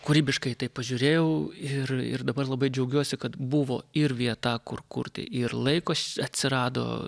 kūrybiškai į tai pažiūrėjau ir ir dabar labai džiaugiuosi kad buvo ir vieta kur kurti ir laiko atsirado